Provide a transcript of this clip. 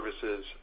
services